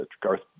Garth